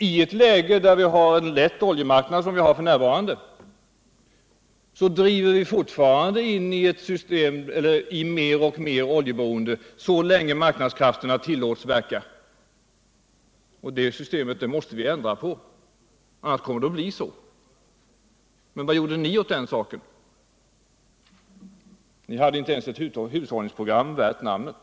I ett läge med en känt oljemarknad driver vi fortfarande in i ett allt större oljeberoende så länge marknadskrafterna tillåts verka. Det systemet måste vi ändra på. annars kommer det att förbli så. Men vad gjorde ni åt den saken”? Ni hade inte ens ett hushållningsprogram värt namnet.